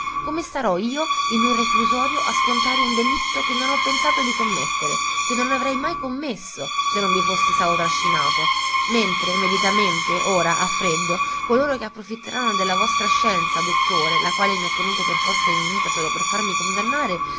come starò io in un reclusorio a scontare un delitto che non ho pensato di commettere che non avrei mai commesso se non vi fossi stato trascinato mentre meditatamente ora a freddo coloro che approfitteranno della vostra scienza dottore la quale mi ha tenuto per forza in vita solo per farmi condannare